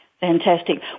Fantastic